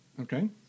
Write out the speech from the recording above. Okay